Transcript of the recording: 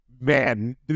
man